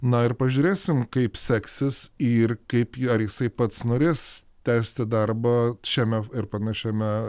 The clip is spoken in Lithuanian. na ir pažiūrėsim kaip seksis ir kaip ją ar jisai pats norės tęsti darbą šiame ir panašiame